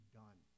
done